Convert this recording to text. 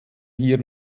hier